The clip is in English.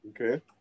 okay